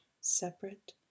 separate